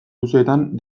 luzeetan